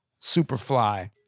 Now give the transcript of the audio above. Superfly